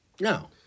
No